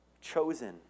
chosen